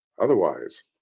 Otherwise